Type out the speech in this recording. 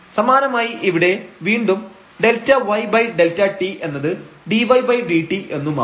സമാനമായി ഇവിടെ വീണ്ടും ΔyΔt എന്നത് dydt എന്നുമാവും